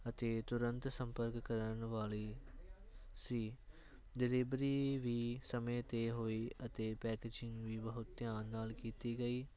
ਅਤੇ ਤੁਰੰਤ ਸੰਪਰਕ ਕਰਨ ਵਾਲੀ ਸੀ ਡਲੇਬਰੀ ਵੀ ਸਮੇਂ 'ਤੇ ਹੋਈ ਅਤੇ ਪੈਕੇਜ਼ਿੰਗ ਵੀ ਬਹੁਤ ਧਿਆਨ ਨਾਲ ਕੀਤੀ ਗਈ